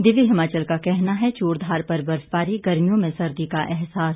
दिव्य हिमाचल का कहना है चूड़धार पर बर्फबारी गर्मियों में सर्दी का एहसास